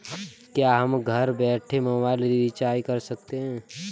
क्या हम घर बैठे मोबाइल रिचार्ज कर सकते हैं?